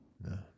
No